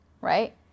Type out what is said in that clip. right